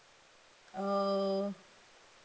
err